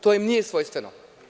To im nije svojstveno.